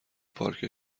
پارک